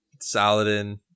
Saladin